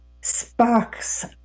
sparks